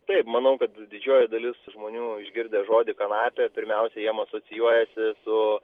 taip manau kad didžioji dalis žmonių išgirdę žodį kanapė pirmiausiai jiem asocijuojasi su